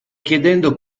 chiedendo